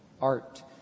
art